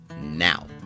now